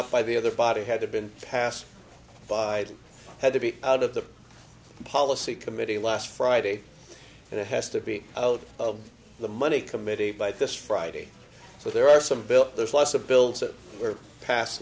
up by the other body had been passed by had to be out of the policy committee last friday and it has to be out of the money committee by this friday so there are some bill there's lots of bills that were passed